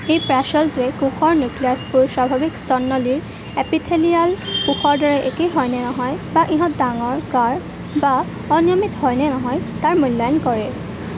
এই প্ৰাচলটোৱে কোষৰ নিউক্লিয়াছবোৰ স্বাভাৱিক স্তন নলীৰ এপিথেলিয়াল কোষৰ দৰে একে হয় নে নহয় বা ইহঁত ডাঙৰ গাঢ় বা অনিয়মিত হয় নে নহয় তাৰ মূল্যায়ন কৰে